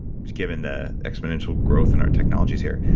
given the exponential growth in our technologies here.